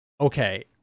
Okay